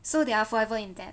so they are forever in debt